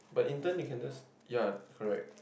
but intern you can just ya correct